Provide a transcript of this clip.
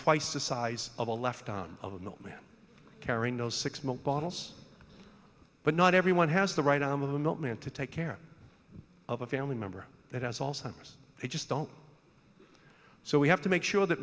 twice the size of a left on a milkman carrying those six milk bottles but not everyone has the right arm of the moment to take care of a family member that has also they just don't so we have to make sure that